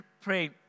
pray